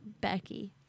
Becky